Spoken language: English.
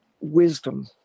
wisdom